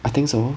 I think so